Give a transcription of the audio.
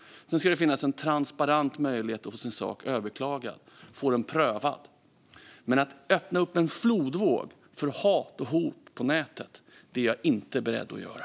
Sedan ska det finnas en transparent möjlighet att överklaga och få sin sak prövad. Men att öppna för en flodvåg av hat och hot på nätet är jag inte beredd att göra.